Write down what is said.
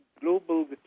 global